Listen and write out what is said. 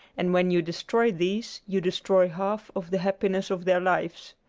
and when you destroy these you destroy half of the happiness of their lives.